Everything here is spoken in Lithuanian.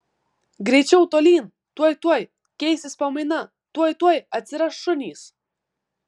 greičiau tolyn tuoj tuoj keisis pamaina tuoj tuoj atsiras šunys